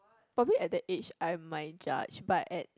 probably at that age I might judge but at